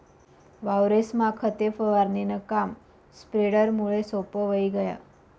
वावरेस्मा खते फवारणीनं काम स्प्रेडरमुये सोप्पं व्हयी गय